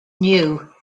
new